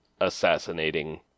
assassinating